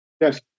Yes